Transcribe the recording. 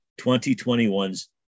2021's